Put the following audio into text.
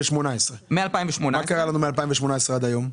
מה קרה לנו מ-2018 עד היום?